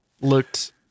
looked